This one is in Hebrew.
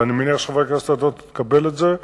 ואני מניח שחברת הכנסת אדטו תקבל את זה,